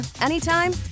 anytime